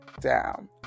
down